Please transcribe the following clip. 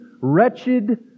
wretched